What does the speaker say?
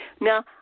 Now